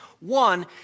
One